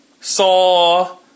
Saw